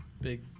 big